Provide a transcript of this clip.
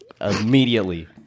immediately